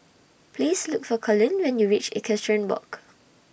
Please Look For Colin when YOU REACH Equestrian Walk